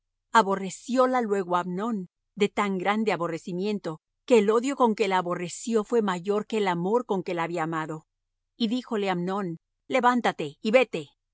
ella aborrecióla luego amnón de tan grande aborrecimiento que el odio con que la aborreció fué mayor que el amor con que la había amado y díjole amnón levántate y vete